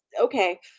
okay